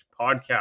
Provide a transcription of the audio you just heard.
podcast